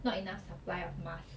not enough supply of mask